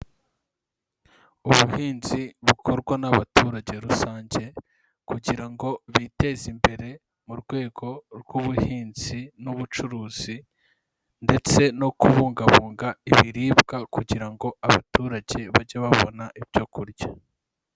Ubuhinzi bukorwa n'abaturage rusange kugira ngo biteze imbere mu rwego rw'ubuhinzi n'ubucuruzi ndetse no kubungabunga ibiribwa kugira ngo abaturage bajye babona ibyo kurya.